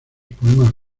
poemas